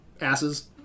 asses